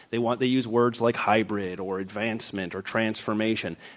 they want, they use words like hybrid or advancement or transformation.